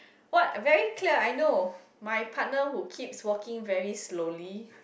what very clear I know my partner who keeps walking very slowly